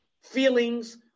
feelings